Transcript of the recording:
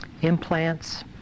implants